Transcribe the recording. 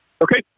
Okay